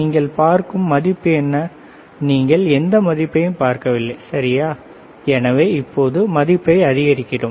நீங்கள் பார்க்கும் மதிப்பு என்ன நீங்கள் எந்த மதிப்பையும் பார்க்கவில்லை சரியா எனவே இப்போது மதிப்பை அதிகரிக்கிறோம்